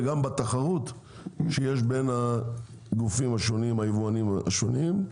וגם בתחרות שיש בין הגופים השונים היבואנים השונים.